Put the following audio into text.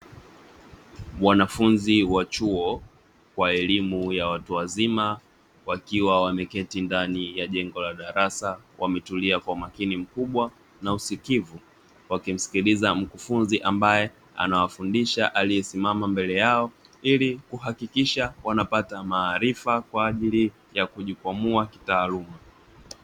Wanafunzi wa chuo wa elimu ya watu wazima wakiwa wameketi ndani ya jengo la darasa, wametulia kwa umakini mkubwa na usikivu wakimsikiliza mkufunzi ambaye anawafundisha aliyesimama mbele yao ili kuhakikisha wanapata maarifa kwaajili ya kujikwamua kitaaluma.